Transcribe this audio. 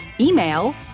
email